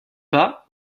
pas